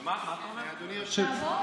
עוד פעם, אז מה זה כבר משנה?